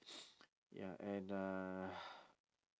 ya and uh